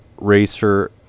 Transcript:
racer